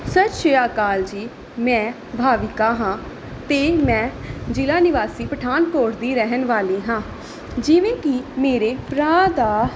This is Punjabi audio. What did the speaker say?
ਸਤਿ ਸ਼੍ਰੀ ਅਕਾਲ ਜੀ ਮੈਂ ਭਾਵੀਕਾ ਹਾਂ ਅਤੇ ਮੈਂ ਜ਼ਿਲ੍ਹਾ ਨਿਵਾਸੀ ਪਠਾਨਕੋਟ ਦੀ ਰਹਿਣ ਵਾਲੀ ਹਾਂ ਜਿਵੇਂ ਕਿ ਮੇਰੇ ਭਰਾ ਦਾ